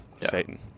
Satan